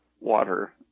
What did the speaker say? water